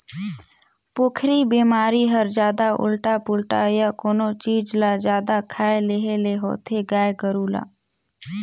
पोकरी बेमारी हर जादा उल्टा पुल्टा य कोनो चीज ल जादा खाए लेहे ले होथे गाय गोरु ल